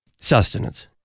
sustenance